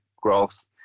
growth